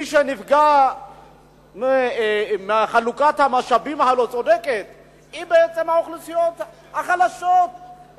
מי שנפגע מחלוקת המשאבים הלא-צודקת זה בעצם האוכלוסיות החלשות,